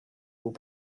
will